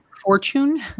fortune